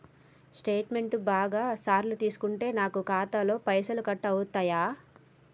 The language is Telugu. స్టేట్మెంటు బాగా సార్లు తీసుకుంటే నాకు ఖాతాలో పైసలు కట్ అవుతయా?